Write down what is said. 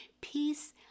Peace